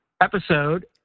episode